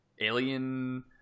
alien